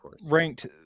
ranked